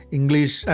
English